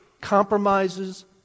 compromises